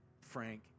frank